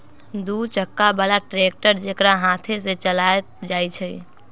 दू चक्का बला ट्रैक्टर जेकरा हाथे से चलायल जाइ छइ